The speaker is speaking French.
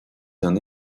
d’un